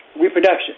reproduction